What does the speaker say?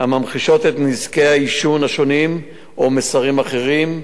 הממחישות את נזקי העישון השונים או מסרים אחרים,